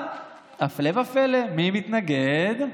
אבל הפלא ופלא, מי מתנגד?